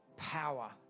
Power